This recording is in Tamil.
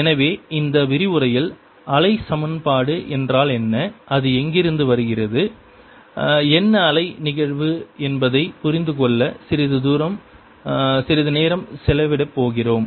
எனவே இன்று இந்த விரிவுரையில் அலை சமன்பாடு என்றால் என்ன அது எங்கிருந்து வருகிறது என்ன அலை நிகழ்வு என்பதை புரிந்து கொள்ள சிறிது நேரம் செலவிடப் போகிறோம்